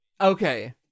Okay